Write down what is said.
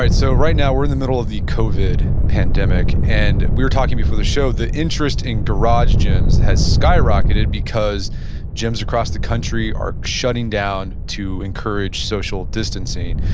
so right now we're in the middle of the covid pandemic and we're talking before the show, the interest in garage gyms has skyrocketed because gyms across the country are shutting down to encourage social distancing.